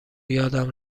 یادم